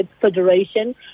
Federation